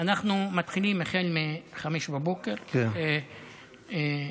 אנחנו מתחילים החל מ-05:00 מחר,